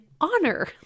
honor